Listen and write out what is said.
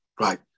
Right